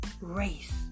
race